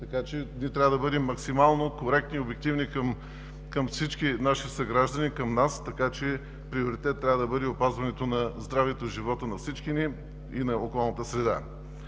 Така че ние трябва да бъдем максимално коректни и обективни към всички наши съграждани, към нас, така че приоритет трябва да бъде опазването на здравето и живота на всички ни и на околната среда.